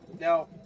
Now